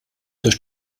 durch